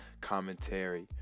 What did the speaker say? commentary